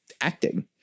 acting